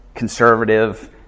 conservative